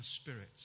spirits